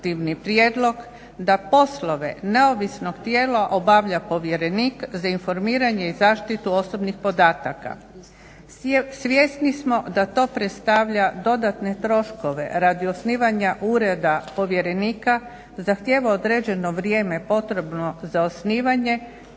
da poslove neovisnog tijela obavlja povjerenik za informiranje i zaštitu osobnih podataka. Svjesni smo da to predstavlja dodatne troškove radi osnivanja ureda povjerenika, zahtijeva određeno vrijeme potrebno za osnivanje,